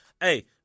Hey